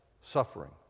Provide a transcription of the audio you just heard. suffering